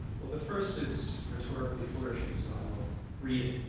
well, the first is rhetorically flourishing so i will read it.